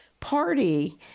Party